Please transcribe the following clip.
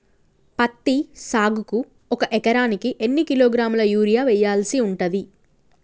పత్తి సాగుకు ఒక ఎకరానికి ఎన్ని కిలోగ్రాముల యూరియా వెయ్యాల్సి ఉంటది?